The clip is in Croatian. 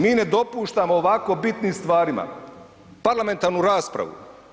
Mi ne dopuštamo o ovako bitnim stvarima parlamentarnu raspravu.